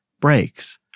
breaks